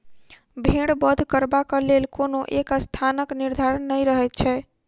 भेंड़ बध करबाक लेल कोनो एक स्थानक निर्धारण नै रहैत छै